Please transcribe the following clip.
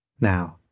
Now